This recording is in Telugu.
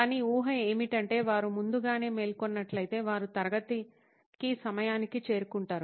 కానీ ఊహ ఏమిటంటే వారు ముందుగానే మేల్కొన్నట్లయితే వారు తరగతికి సమయానికి చేరుకుంటారు